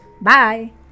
Bye